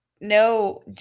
No